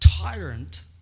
tyrant